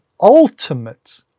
ultimate